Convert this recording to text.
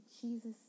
Jesus